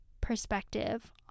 Perspective